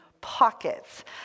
pockets